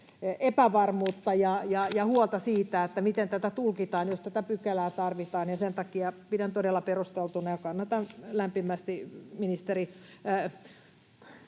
epävarmuutta ja huolta se, miten tätä tulkitaan, jos tätä pykälää tarvitaan. Sen takia pidän todella perusteltuna ja kannatan lämpimästi ministeri...